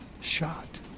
shot